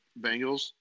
Bengals